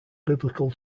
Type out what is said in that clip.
biblical